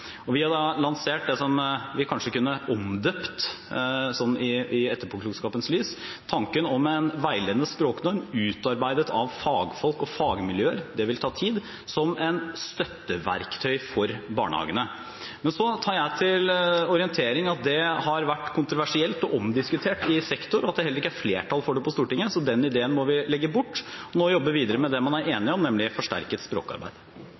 Vi har da lansert det som vi kanskje kunne omdøpt, sånn i etterpåklokskapens lys, tanken om en veiledende språknorm utarbeidet av fagfolk og fagmiljøer – det vil ta tid – som et støtteverktøy for barnehagene. Men så tar jeg til orientering at det har vært kontroversielt og omdiskutert i sektoren, og at det heller ikke er flertall for det på Stortinget, så den ideen må vi legge bort og nå jobbe videre med det man er enig om, nemlig forsterket språkarbeid.